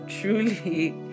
truly